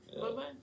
Bye-bye